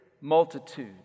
multitude